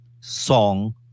song